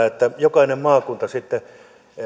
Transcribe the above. että jokainen maakunta sitten